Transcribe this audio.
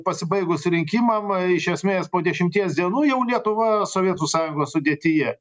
pasibaigus rinkimam iš esmės po dešimties dienų jau lietuva sovietų sąjungos sudėtyje